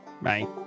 bye